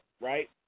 right